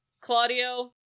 Claudio